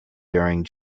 during